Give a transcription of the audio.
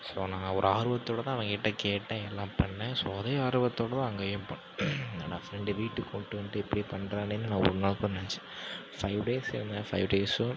so நான் ஒரு ஆர்வத்தோட தான் அவன் கிட்ட கேட்டேன் எல்லாம் பண்ணேன் ஸோ அதே ஆர்வத்தோட தான் அங்கையும் ப நான் ஃப்ரெண்டு வீட்டுக்கு கொண்டுட்டு வந்து இப்படி பண்ணுறதுலேந்து நான் ஒரு நாள் கூட நினச்சேன் ஃபைவ் டேஸ் இருந்தேன் ஃபைவ் டேஸும்